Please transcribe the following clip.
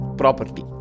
property